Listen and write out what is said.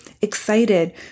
excited